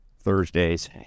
Thursdays